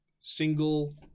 single